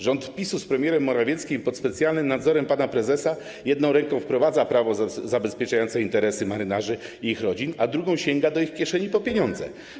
Rząd PiS-u z premierem Morawieckim pod specjalnym nadzorem pana prezesa jedną ręką wprowadza prawo zabezpieczające interesy marynarzy i ich rodzin, a drugą sięga do ich kieszeni po pieniądze.